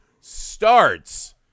starts